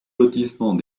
lotissement